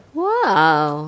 Wow